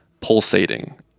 pulsating